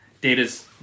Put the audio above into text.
Data's